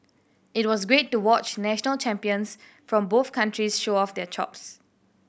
it was great to watch national champions from both countries show off their chops